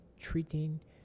treating